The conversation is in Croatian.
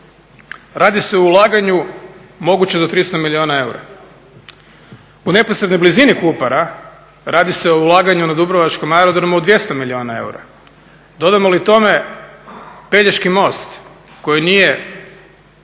Radi se o ulaganju moguće do 300 milijuna eura. U neposrednoj blizini Kupara radi se o ulaganju na dubrovačkom aerodromu od 200 milijuna eura. Dodamo li tome Pelješki most koji nije